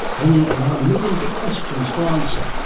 only another million big questions to answer.